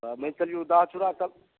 तऽ मानि कऽ चलियौ दही चूड़ा